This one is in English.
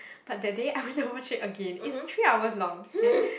but that day I went to watch it again it's three hours long okay